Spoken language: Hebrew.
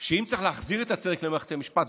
אם צריך להחזיר את הצדק למערכת המשפט,